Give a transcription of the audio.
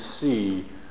see